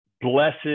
blessed